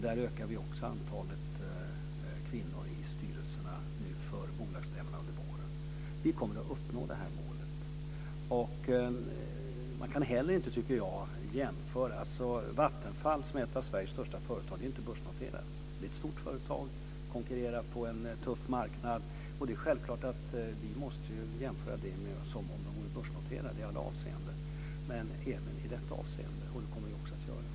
Där ökar vi också antalet kvinnor i styrelserna nu före bolagsstämmorna under våren. Vi kommer att uppnå det här målet. Vattenfall som är ett av Sveriges största företag är inte börsnoterat. Det är ett stort företag som konkurrerar på en tuff marknad. Det är självklart att vi måste behandla det som om det vore börsnoterat i alla avseenden, och även i detta avseende. Det kommer vi också att göra.